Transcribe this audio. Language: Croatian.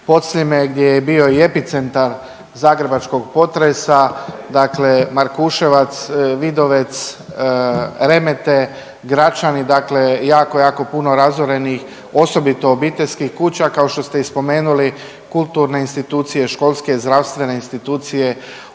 Podsljeme gdje je bio i epicentar zagrebačkog potresa, dakle Markuševac, Vidovec, Remete, Gračani, dakle jako jako puno razorenih osobito obiteljskih kuća. Kao što ste i spomenuli kulturne institucije, školske i zdravstvene institucije